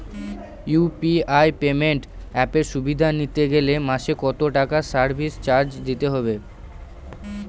UPI payment অ্যাপের সুবিধা নিতে গেলে মাসে কত টাকা সার্ভিস চার্জ দিতে হবে?